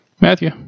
Matthew